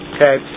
Okay